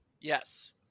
Yes